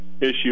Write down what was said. issue